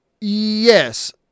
Yes